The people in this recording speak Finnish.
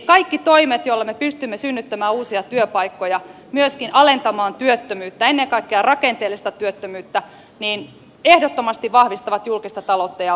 kaikki toimet joilla me pystymme synnyttämään uusia työpaikkoja myöskin alentamaan työttömyyttä ennen kaikkea rakenteellista työttömyyttä ehdottomasti vahvistavat julkista taloutta ja ovat kannatettavia